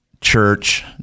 church